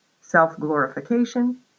self-glorification